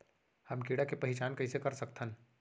हम कीड़ा के पहिचान कईसे कर सकथन